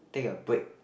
take a break